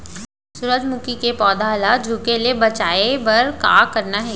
सूरजमुखी के पौधा ला झुके ले बचाए बर का करना हे?